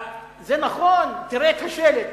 זה נכון, תראה את השלט.